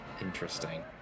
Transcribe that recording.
interesting